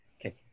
Okay